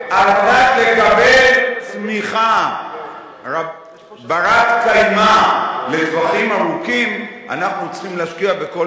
לקבל תמיכה בת-קיימא לטווחים ארוכים אנחנו צריכים להשקיע בכל